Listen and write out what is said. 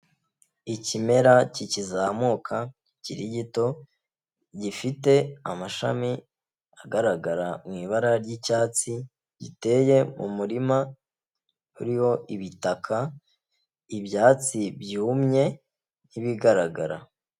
Ikimera kikizamuka, kikiri gito gifite amashami agaragara mu ibara ry'icyatsi, giteye mu murima uriho ibitaka, ibyatsi byumye nk'ibigaragara.